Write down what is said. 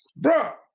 Bruh